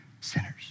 sinners